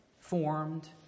formed